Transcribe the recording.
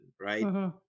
right